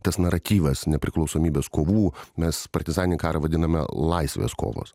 tas naratyvas nepriklausomybės kovų mes partizaninį karą vadiname laisvės kovos